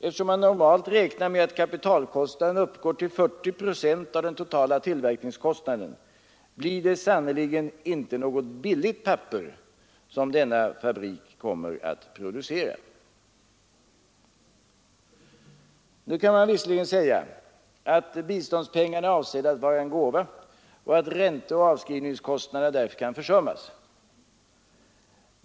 Eftersom man normalt räknar med att kapitalkostnaden uppgår till 40 procent av den totala tillverkningskostnaden blir det sannerligen inte något billigt papper som denna fabrik kommer att producera. Nu kan man visserligen säga att biståndspengarna är avsedda att vara en gåva och att ränteoch avskrivningskostnaderna därför kan försummas.